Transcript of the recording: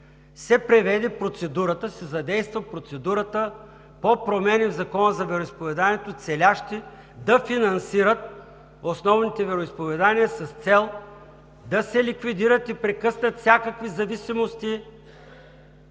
на господин президента се задейства процедурата за промени в този закон за вероизповеданията, целящи да финансират основните вероизповедания, с цел да се ликвидират и прекъснат всякакви зависимости